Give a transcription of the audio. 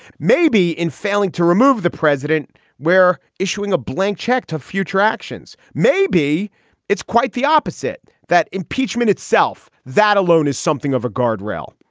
maybe in failing to remove the president where issuing a blank check to future actions. maybe it's quite the opposite. that impeachment itself, that alone is something of a guardrail.